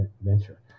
venture